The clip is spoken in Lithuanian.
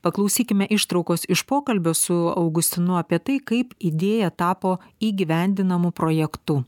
paklausykime ištraukos iš pokalbio su augustinu apie tai kaip idėja tapo įgyvendinamu projektu